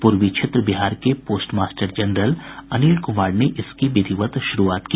पूर्वी क्षेत्र बिहार के postmaster general Anil Kumar ने इसकी विधिवत शुरूआत की